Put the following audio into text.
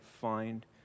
find